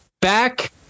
back